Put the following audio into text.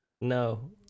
No